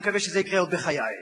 אני מקווה שזה יקרה עוד בחיי.